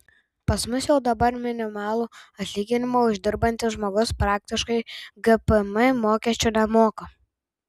pas mus jau dabar minimalų atlyginimą uždirbantis žmogus praktiškai gpm mokesčio nemoka